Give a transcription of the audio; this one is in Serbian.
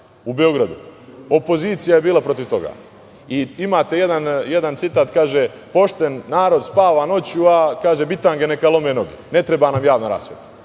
u Beogradu. Opozicija je bila protiv toga. Imate jedan citat - Pošten narod spava noću a bitange neka lome noge, ne treba nam javna rasveta.